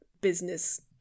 business